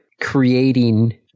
creating